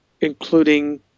including